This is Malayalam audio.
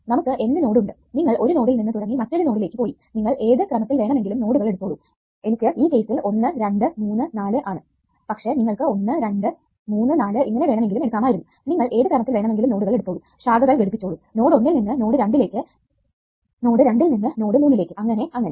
നമുക്ക് n നോഡ് ഉണ്ട് നിങ്ങൾ ഒരു നോഡിൽ നിന്ന് തുടങ്ങി മറ്റൊരു നോഡിലേക്ക് പോയി നിങ്ങൾ ഏത് ക്രമത്തിൽ വേണമെങ്കിലും നോഡുകൾ എടുത്തോളൂ എനിക്ക് ഈ കേസിൽ 1 2 3 4 ആണ് പക്ഷെ നിങ്ങൾക്ക് 1 2 3 4 ഇങ്ങനെ വേണമെങ്കിലും എടുക്കാമായിരുന്നു നിങ്ങൾ ഏത് ക്രമത്തിൽ വേണമെങ്കിലും നോഡുകൾ എടുത്തോളൂ ശാഖകൾ ഘടിപ്പിച്ചോളു നോഡ് ഒന്നിൽ നിന്ന് നോഡ് രണ്ടിലേക്ക് നോഡ് രണ്ടിൽ നിന്ന് നോഡ് മൂന്നിലേക്ക് അങ്ങനെ അങ്ങനെ